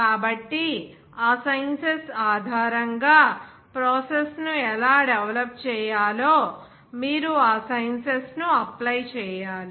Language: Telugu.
కాబట్టి ఆ సైన్సెస్ ఆధారంగా ప్రాసెస్ ను ఎలా డెవెలప్ చేయాలో మీరు ఆ సైన్సెస్ ను అప్లై చేయాలి